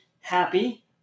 happy